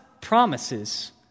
promises